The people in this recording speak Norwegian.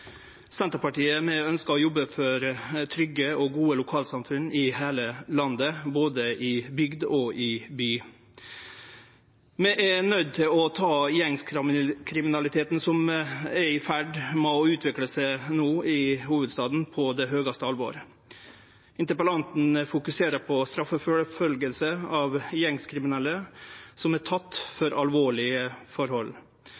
Senterpartiet ønskjer å jobbe for trygge og gode lokalsamfunn i heile landet, både i bygd og i by. Vi er nøydde til å ta gjengkriminaliteten som no er i ferd med å utvikle seg i hovudstaden, på høgste alvor. Interpellanten fokuserer på straffeforfølging av gjengkriminelle som er tekne for alvorlege forhold,